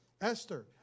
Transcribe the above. Esther